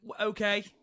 Okay